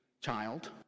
child